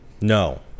No